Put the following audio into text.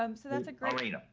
um so that's a great,